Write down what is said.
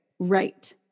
right